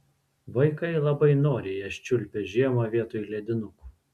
vaikai labai noriai jas čiulpia žiemą vietoj ledinukų